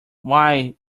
why